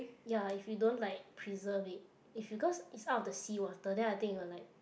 ya if you don't like preserve it is because is out of the sea water then I think it was like